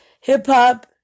Hip-hop